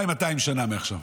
2,200 שנה מעכשיו.